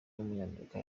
w’umunyamerika